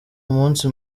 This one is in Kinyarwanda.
umunsi